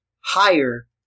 higher